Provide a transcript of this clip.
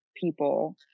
people